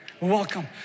Welcome